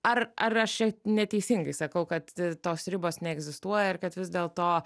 ar ar aš čia neteisingai sakau kad tos ribos neegzistuoja ir kad vis dėlto